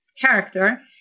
character